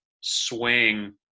swing